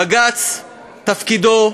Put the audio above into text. בג"ץ תפקידו,